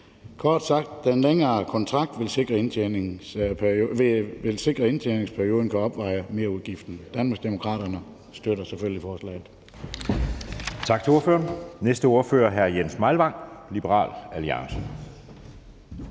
Kort sagt vil den længere kontrakt sikre, at indtjeningsperioden kan opveje merudgiften. Danmarksdemokraterne støtter selvfølgelig forslaget.